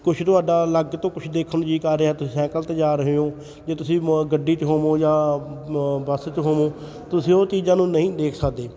ਕੁਛ ਤੁਹਾਡਾ ਅਲੱਗ ਤੋਂ ਕੁਛ ਦੇਖਣ ਨੂੰ ਜੀ ਕਰ ਰਿਹਾ ਤੁਸੀਂ ਸਾਈਕਲ 'ਤੇ ਜਾ ਰਹੇ ਹੋ ਜੇ ਤੁਸੀਂ ਮੋ ਗੱਡੀ 'ਚ ਹੋਵੋਂ ਜਾਂ ਮ ਬੱਸ 'ਚ ਹੋਵੋਂ ਤੁਸੀਂ ਉਹ ਚੀਜ਼ਾਂ ਨੂੰ ਨਹੀਂ ਦੇਖ ਸਕਦੇ